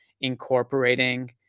incorporating